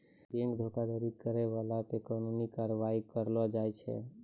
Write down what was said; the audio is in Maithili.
बैंक धोखाधड़ी करै बाला पे कानूनी कारबाइ करलो जाय छै